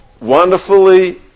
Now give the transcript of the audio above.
wonderfully